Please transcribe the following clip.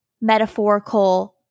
metaphorical